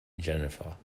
jennifer